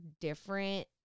different